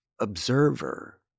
observer